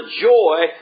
joy